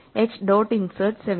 h dot insert 17